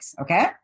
Okay